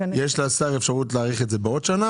יש לשר אפשרות להאריך את זה בעוד שנה,